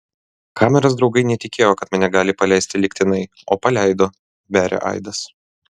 kameros draugai netikėjo kad mane gali paleisti lygtinai o paleido beria aidas